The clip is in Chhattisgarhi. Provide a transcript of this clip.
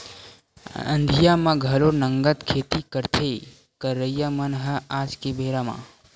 अंधिया म घलो नंगत खेती करथे करइया मन ह आज के बेरा म